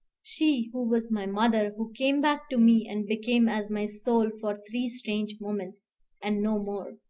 she who was my mother, who came back to me and became as my soul for three strange moments and no more,